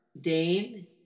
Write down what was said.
Dane